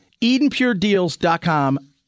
EdenPureDeals.com